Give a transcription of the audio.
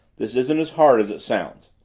this isn't as hard as it sounds.